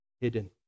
hidden